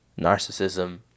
narcissism